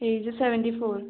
age seventy four